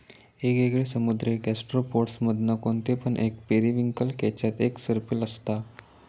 येगयेगळे समुद्री गैस्ट्रोपोड्स मधना कोणते पण एक पेरिविंकल केच्यात एक सर्पिल असता